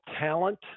talent